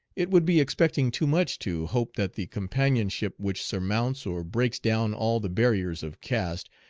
it would be expecting too much to hope that the companionship which surmounts or breaks down all the barriers of caste,